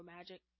Magic